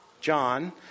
John